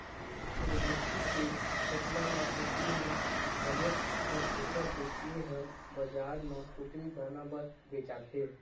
सूरजमूखी के फोकला ल कुकरी मन बनेच खाथे तेखर सेती ए ह बजार म कुकरी दाना बर बेचाथे